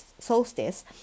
solstice